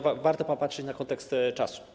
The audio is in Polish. Warto popatrzeć na kontekst czasu.